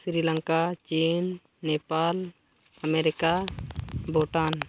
ᱥᱨᱤᱞᱚᱝᱠᱟ ᱪᱤᱱ ᱱᱮᱯᱟᱞ ᱟᱢᱮᱨᱤᱠᱟ ᱵᱷᱩᱴᱟᱱ